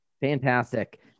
fantastic